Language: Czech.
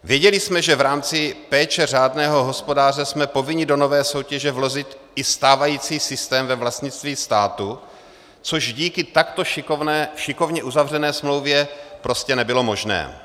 Věděli jsme, že v rámci péče řádného hospodáře jsme povinni do nové soutěže vložit i stávající systém ve vlastnictví státu, což díky takto šikovně uzavřené smlouvě prostě nebylo možné.